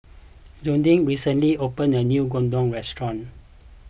Jodie recently opened a new Gyudon restaurant